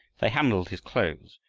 they handled his clothes,